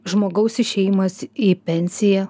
žmogaus išėjimas į pensiją